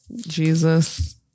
Jesus